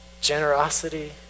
generosity